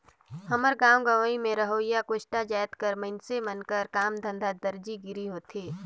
हमर गाँव गंवई में रहोइया कोस्टा जाएत कर मइनसे मन कर काम धंधा दरजी गिरी होथे